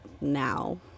now